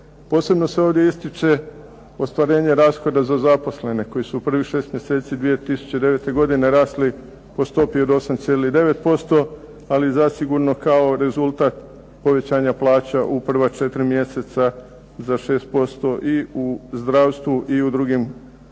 Posebno se ovdje ističe ostvarenje rashoda za zaposlene koji u prvih šest mjeseci 2009. godine rasli po stopi od 8,9% ali zasigurno kao rezultat povećanja plaća u prva četiri mjeseca za 6% i u zdravstvu i u drugim granama